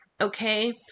okay